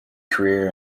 career